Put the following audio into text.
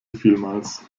vielmals